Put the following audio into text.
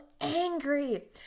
angry